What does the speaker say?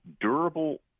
durable